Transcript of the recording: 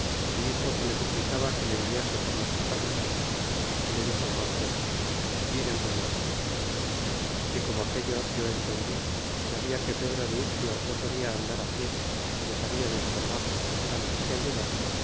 y dixo que le suplicaba que le enviase por nuestro capitan y le dixo cortés id en buena hora y como aquello yo entendí y sabia que pedro de ircio no podia andar pie y nos habia de estorbar ntes que ayudar